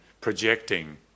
projecting